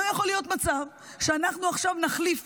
לא יכול להיות מצב שאנחנו עכשיו נחליף,